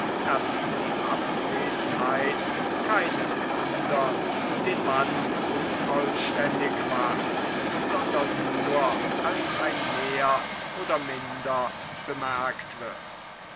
daß die abwesenheit keines andern den mann unvollständig macht sondern nur als ein mehr oder minder bemerkt wird